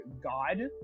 god